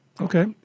Okay